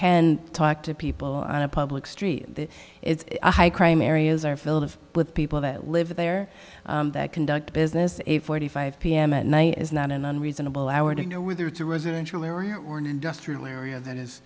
can talk to people on a public street it's a high crime areas are filled with people that live there that conduct business eight forty five pm at night is not an unreasonable hour to know whether it's a residential area or an industrial area that is